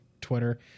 Twitter